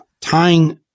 tying –